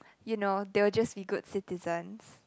you know they will just be good citizens